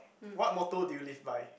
what motto do you live by